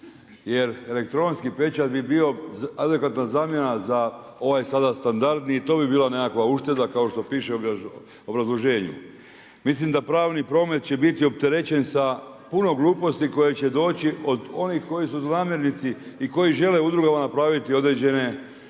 jer elektronski pečat bi bio adekvatna zamjena za ovaj sada standardni i to bi bila nekakva ušteda kao što piše u obrazloženju. Mislim da pravni promet će biti opterećen sa puno gluposti koje će doći od onih koji su zlonamjernici i koji žele udrugama napraviti određene spletke.